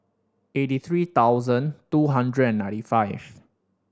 eighty three thousand two hundred and ninety five